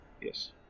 Yes